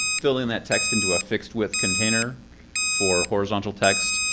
filling that text into a fixed-width container for horizontal text,